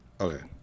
Okay